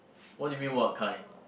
what do you mean what kind